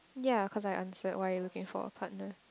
ya cause I answered why are you looking for a partner